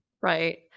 Right